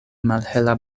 malhela